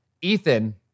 Ethan